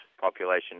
population